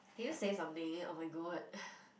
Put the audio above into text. can you say something oh-my-god